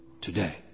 today